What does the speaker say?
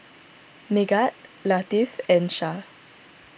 Megat Latif and Shah